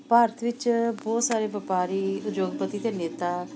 ਭਾਰਤ ਵਿਚ ਬਹੁਤ ਸਾਰੇ ਵਪਾਰੀ ਉਦਯੋਗਪਤੀ ਅਤੇ ਨੇਤਾ